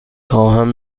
خواهم